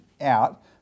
out